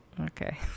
Okay